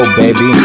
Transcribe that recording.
baby